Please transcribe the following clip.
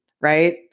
right